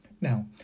Now